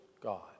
God